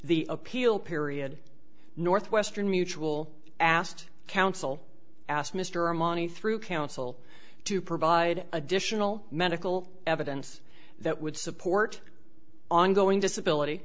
the appeal period northwestern mutual asked counsel asked mr armani through counsel to provide additional medical evidence that would support ongoing disability